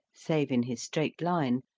save in his straight line,